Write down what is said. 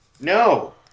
No